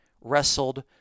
wrestled